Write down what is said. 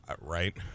Right